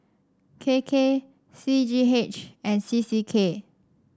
K K C G H and C C K